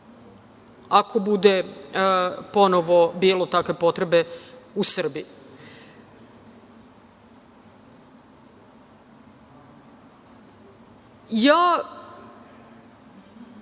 ako bude ponovo bilo takve potrebe u Srbiji. Sigurna